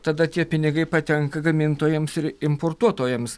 tada tie pinigai patenka gamintojams ir importuotojams